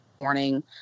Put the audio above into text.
morning